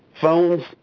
phones